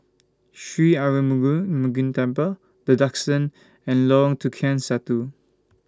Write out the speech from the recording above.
Sri Arulmigu Murugan Temple The Duxton and Lorong Tukang Satu